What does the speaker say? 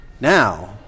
Now